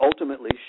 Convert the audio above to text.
Ultimately